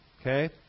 Okay